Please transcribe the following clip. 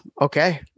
Okay